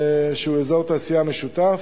שהוא אזור תעשייה משותף.